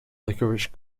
licorice